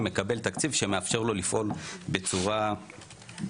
מקבל תקציב שמאפשר לו לפעול בצורה נכונה.